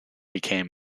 became